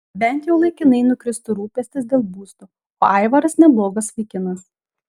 bent jau laikinai nukristų rūpestis dėl būsto o aivaras neblogas vaikinas